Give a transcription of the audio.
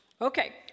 Okay